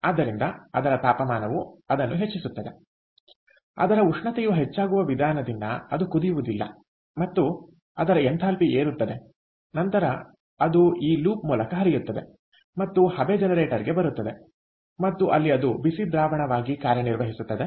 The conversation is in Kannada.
ಆದ್ದರಿಂದ ಅದರ ತಾಪಮಾನವು ಅದನ್ನು ಹೆಚ್ಚಿಸುತ್ತದೆ ಅದರ ಉಷ್ಣತೆಯು ಹೆಚ್ಚಾಗುವ ವಿಧಾನದಿಂದ ಅದು ಕುದಿಯುವುದಿಲ್ಲ ಮತ್ತು ಆದ್ದರಿಂದ ಅದರ ಎಂಥಾಲ್ಪಿ ಏರುತ್ತದೆ ನಂತರ ಅದು ಈ ಲೂಪ್ ಮೂಲಕ ಹರಿಯುತ್ತದೆ ಮತ್ತು ಹಬೆ ಜನರೇಟರ್ಗೆ ಬರುತ್ತದೆ ಮತ್ತು ಅಲ್ಲಿ ಅದು ಬಿಸಿ ದ್ರಾವಣವಾಗಿ ಕಾರ್ಯನಿರ್ವಹಿಸುತ್ತದೆ